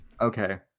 okay